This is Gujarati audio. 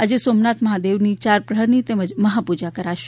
આજે સોમનાથ મહાદેવની ચાર પ્રહરની તેમજ મહાપૂજા કરાશે